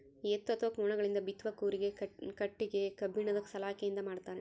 ಎತ್ತು ಅಥವಾ ಕೋಣಗಳಿಂದ ಬಿತ್ತುವ ಕೂರಿಗೆ ಕಟ್ಟಿಗೆ ಕಬ್ಬಿಣದ ಸಲಾಕೆಯಿಂದ ಮಾಡ್ತಾರೆ